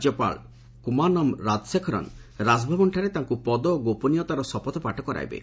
ରାଜ୍ୟପାଳ କୁଞ୍ମାନମ୍ ରାଜଶେଖରନ୍ ରାଜଭବନଠାରେ ତାଙ୍କୁ ପଦ ଓ ଗୋପନୀୟତାର ଶପଥପାଠ କରାଇବେ